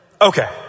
Okay